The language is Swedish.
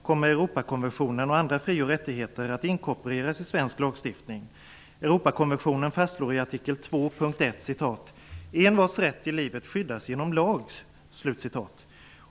kommer Europakonventionen och andra fri och rättigheter att inkorporeras i svensk lagstiftning. ''Envars rätt till livet skyddas genom lag''.